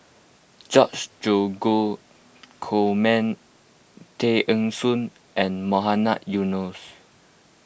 George Dromgold Coleman Tay Eng Soon and Mohamed Eunos Abdullah